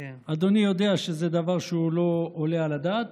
אדוני יודע שזה דבר שלא עולה על הדעת,